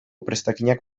prestakinak